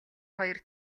хоёр